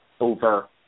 over